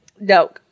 No